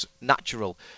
natural